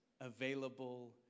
available